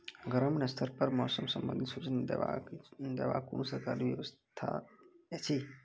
ग्रामीण स्तर पर मौसम संबंधित सूचना देवाक कुनू सरकारी व्यवस्था ऐछि?